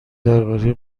درباره